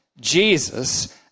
Jesus